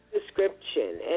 description